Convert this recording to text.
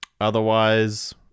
otherwise